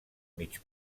mig